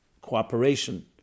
cooperation